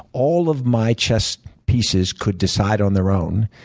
all of my chess pieces could decide on their own,